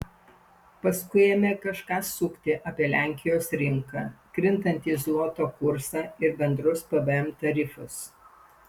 paskui ėmė kažką sukti apie lenkijos rinką krintantį zloto kursą ir bendrus pvm tarifus